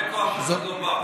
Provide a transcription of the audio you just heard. בין כה אף אחד לא בא.